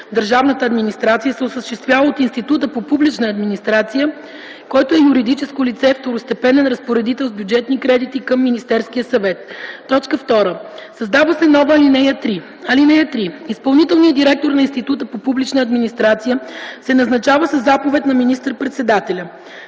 държавната администрация се осъществява от Института по публична администрация, който е юридическо лице - второстепенен разпоредител с бюджетни кредити към Министерския съвет.” 2. Създава се нова ал. 3: “(3) Изпълнителният директор на Института по публична администрация се назначава със заповед на министър-председателя.”